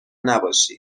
نباشی